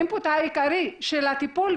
לפני,